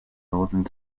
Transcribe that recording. northern